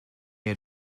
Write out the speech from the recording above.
had